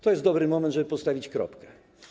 To jest dobry moment, żeby postawić kropkę.